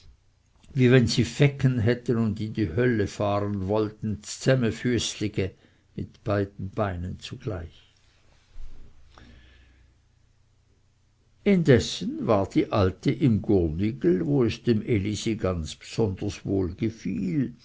wie wenn sie fecken hätten und in die hölle fahren wollten zsämefüeßlige indessen war die alte im gurnigel wo es dem elisi ganz besonders